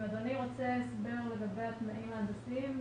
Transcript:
אם אדוני רוצה הסבר לגבי התנאים ההנדסיים,